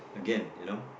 again you know